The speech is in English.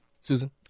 Susan